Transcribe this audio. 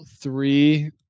three